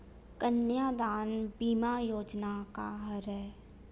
कन्यादान बीमा योजना का हरय?